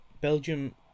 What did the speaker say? Belgium